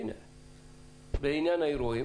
בעניין האירועים